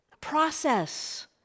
Process